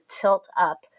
tilt-up